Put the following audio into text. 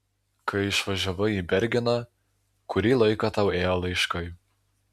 kai išvažiavai į bergeną kurį laiką tau ėjo laiškai